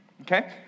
okay